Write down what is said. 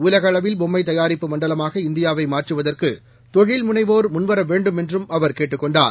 உலகஅளவில்பொம்மைதயாரிப்புமண்டலமாகஇந்தியா வைமாற்றுவற்குதொழில்முனைவோர்முன்வரவேண்டும்எ ன்றும்அவர்கேட்டுக்கொண்டார்